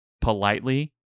politely